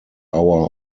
hour